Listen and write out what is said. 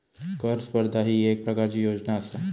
कर स्पर्धा ही येक प्रकारची योजना आसा